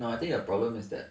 no I think your problem is that